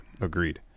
Agreed